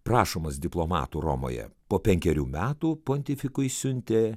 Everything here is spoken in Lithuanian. prašomas diplomatų romoje po penkerių metų pontifikui siuntė